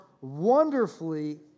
wonderfully